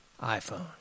iPhone